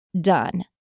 done